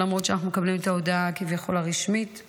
למרות שאנחנו מקבלים את ההודעה הרשמית כביכול.